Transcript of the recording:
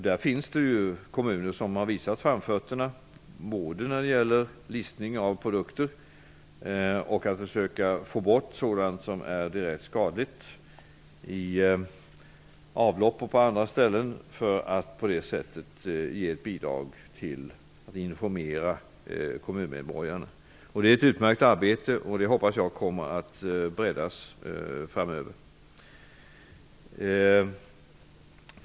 Det finns kommuner som har visat framfötterna när det gäller både listning av produkter och att försöka få bort sådant som är direkt skadligt för avlopp etc. för att på det sättet bidra till att kommuninvånarna informeras. Det är ett utmärkt arbete som jag hoppas kommer att breddas framöver.